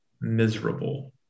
miserable